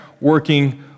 working